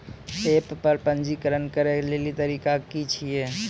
App पर पंजीकरण करै लेली तरीका की छियै?